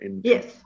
Yes